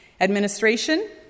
Administration